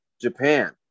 Japan